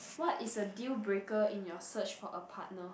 what is a deal breaker in your search for a partner